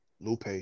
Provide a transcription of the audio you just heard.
Lupe